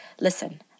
listen